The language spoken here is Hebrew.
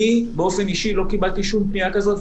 אני באופן אישי לא קיבלתי שום פנייה כזאת,